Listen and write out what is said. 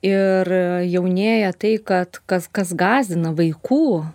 ir jaunėja tai kad kas kas gąsdina vaikų